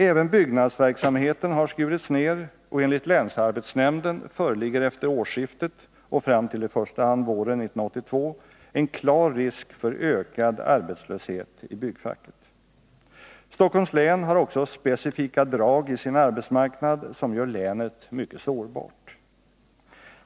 Även byggnadsverksamheten har skurits ned, och enligt länsarbetsnämnden föreligger efter årsskiftet och fram till i första hand våren 1982 en klar risk för ökad arbetslöshet i byggfacket. Stockholms län har också specifika drag i sin arbetsmarknad som gör länet mycket sårbart.